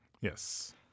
Yes